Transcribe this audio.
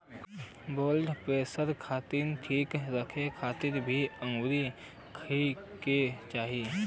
blood pressure के ठीक रखे खातिर भी अंगूर खाए के चाही